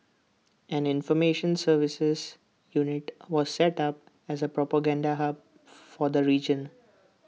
an information services unit was set up as A propaganda hub for the region